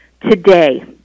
today